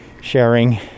sharing